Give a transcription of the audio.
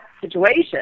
situation